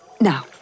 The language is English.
Now